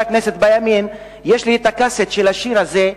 הכנסת בימין שיש לי הקסטה של השיר הזה,